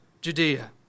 Judea